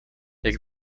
jak